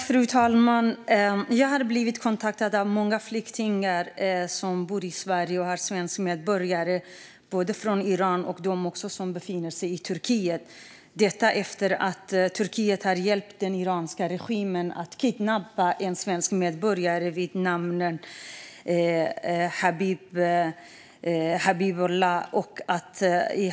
Fru talman! Jag har blivit kontaktad av många flyktingar som bor i Sverige och som är svenska medborgare, både människor från Iran och människor som befinner sig i Turkiet, efter att Turkiet hjälpt den iranska regimen att kidnappa en svensk medborgare vid namn Habib al-Kaabi.